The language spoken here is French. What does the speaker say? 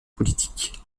politique